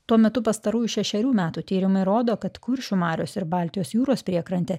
tuo metu pastarųjų šešerių metų tyrimai rodo kad kuršių marios ir baltijos jūros priekrantė